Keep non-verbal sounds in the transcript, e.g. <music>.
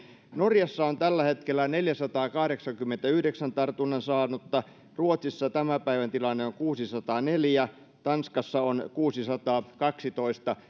norjassa on tällä hetkellä neljänsadankahdeksankymmenenyhdeksän tartunnan saanutta ruotsissa tämän päivän tilanne on kuusisataaneljä tanskassa on kuusisataakaksitoista <unintelligible>